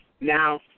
Now